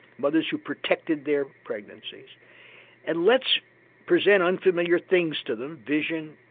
mothers who protected their pregnancies and let's present unfamiliar things to them, vision,